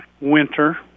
winter